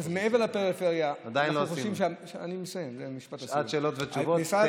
עדיין לא עשינו שעת שאלות ותשובות.